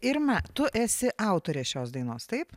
irma tu esi autorė šios dainos taip